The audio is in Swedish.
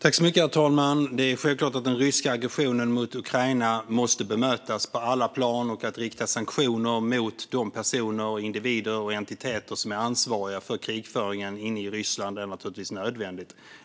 Herr talman! Det är självklart att den ryska aggressionen mot Ukraina måste bemötas på alla plan och att det riktas sanktioner mot de personer, individer och entiteter som är ansvariga för krigföringen i Ryssland. Det är naturligtvis nödvändigt.